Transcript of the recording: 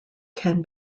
can